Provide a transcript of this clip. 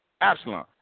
Absalom